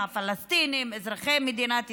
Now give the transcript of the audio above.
הפלסטינים אזרחי מדינת ישראל,